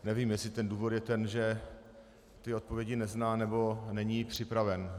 Nevím, jestli ten důvod je ten, že ty odpovědi nezná, nebo není připraven.